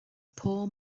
poor